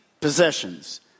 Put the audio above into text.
possessions